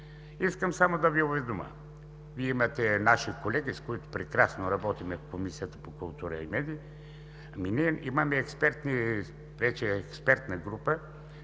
Искам само да Ви уведомя: Вие имате наши колеги, с които прекрасно работим в Комисията по културата и медиите. Ами ние имаме вече експертна група